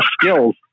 skills